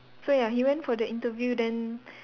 so ya he went for the interview then